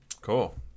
cool